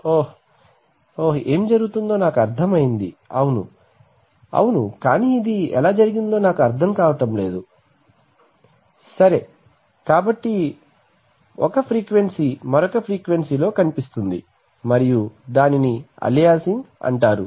ఓహ్ ఓహ్ ఏమి జరుగుతుందో నాకు అర్థమైంది అవును అవును కానీ అది ఎలా జరిగిందో నాకు అర్థం కావడం లేదు సరే కాబట్టి ఒక ఫ్రీక్వెన్సీ మరొక ఫ్రీక్వెన్సీలో కనిపిస్తుంది మరియు దానిని అలియాసింగ్ అంటారు